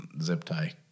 zip-tie